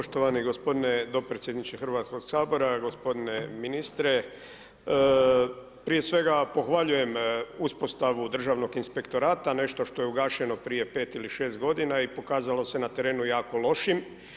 Poštovani gospodine dopredsjedniče Hrvatskog sabora, gospodine ministre, prije svega pohvaljujem uspostavu Državnog inspektora nešto što je ugašeno prije 5 ili 6 godina i pokazalo se na terenu jako lošim.